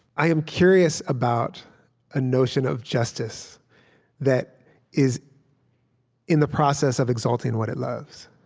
i am curious about a notion of justice that is in the process of exalting what it loves